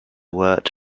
worked